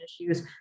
issues